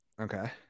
okay